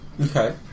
Okay